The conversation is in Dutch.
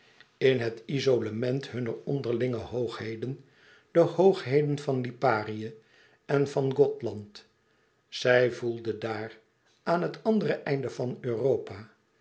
n het izolement hunner onderlinge hoogheden de hoogheden van liparië en van gothland zij voelde daar aan het andere einde van europa